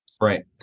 Right